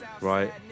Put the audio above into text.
right